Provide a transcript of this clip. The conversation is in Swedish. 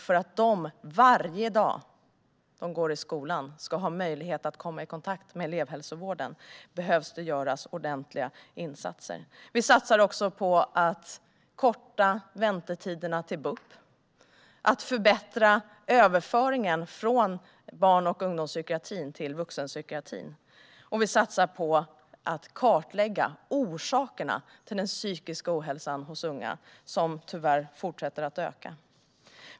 För att de varje dag i skolan ska ha möjlighet att komma i kontakt med elevhälsovården behöver ordentliga insatser göras. Vi satsar också på att förkorta väntetiderna till BUP, förbättra överföringen från barn och ungdomspsykiatrin till vuxenpsykiatrin och kartlägga orsakerna till den psykiska ohälsan hos unga, som tyvärr fortsätter att öka.